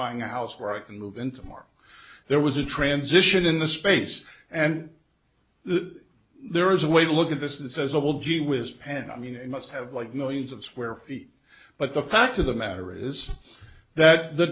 buying a house where i can move into more there was a transition in the space and there is a way to look at this and says oh well gee whiz pant i mean it must have like millions of square feet but the fact of the matter is that the